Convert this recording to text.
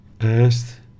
asked